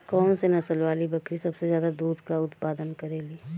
कौन से नसल वाली बकरी सबसे ज्यादा दूध क उतपादन करेली?